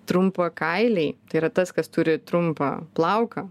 trumpakailiai tai yra tas kas turi trumpą plauką